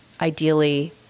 ideally